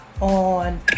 on